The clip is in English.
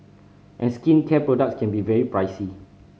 and skincare products can be very pricey